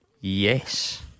Yes